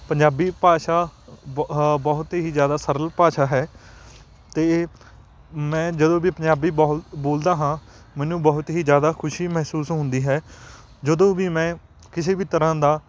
ਪੰਜਾਬੀ ਭਾਸ਼ਾ ਬਹੁਤ ਹੀ ਜ਼ਿਆਦਾ ਸਰਲ ਭਾਸ਼ਾ ਹੈ ਅਤੇ ਮੈਂ ਜਦੋਂ ਵੀ ਪੰਜਾਬੀ ਬੋਹਲ ਬੋਲਦਾ ਹਾਂ ਮੈਨੂੰ ਬਹੁਤ ਹੀ ਜ਼ਿਆਦਾ ਖੁਸ਼ੀ ਮਹਿਸੂਸ ਹੁੰਦੀ ਹੈ ਜਦੋਂ ਵੀ ਮੈਂ ਕਿਸੇ ਵੀ ਤਰ੍ਹਾਂ ਦਾ